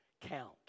count